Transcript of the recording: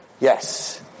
Yes